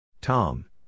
Tom